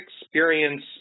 experience